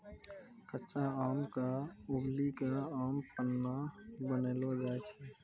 कच्चा आम क उबली कॅ आम पन्ना बनैलो जाय छै